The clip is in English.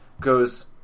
goes